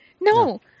No